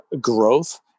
growth